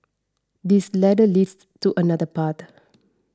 this ladder leads to another part